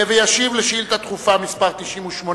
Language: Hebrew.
וישיב על שאילתא דחופה מס' 98